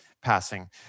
passing